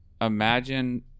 imagine